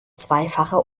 zweifache